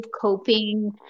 coping